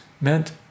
meant